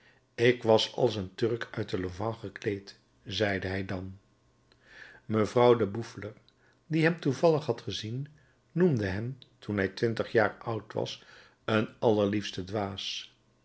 ik was als een turk uit de levant gekleed zeide hij dan mevrouw de boufflers die hem toevallig had gezien noemde hem toen hij twintig jaar oud was een allerliefste dwaas